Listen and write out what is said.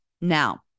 Now